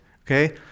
okay